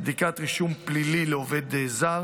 בדיקת רישום פלילי לעובד זר.